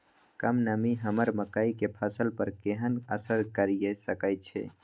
कम नमी हमर मकई के फसल पर केहन असर करिये सकै छै?